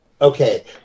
Okay